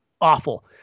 awful